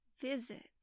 visit